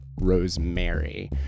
Rosemary